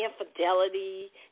infidelity